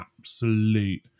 absolute